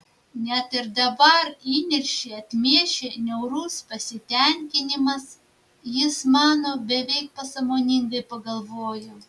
net ir dabar įniršį atmiešė niaurus pasitenkinimas jis mano beveik pasąmoningai pagalvojau